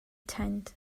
tent